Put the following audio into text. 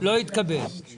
הצבעה הרוויזיה לא אושרה.